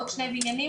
עוד שני בניינים,